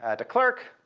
ah de klerk,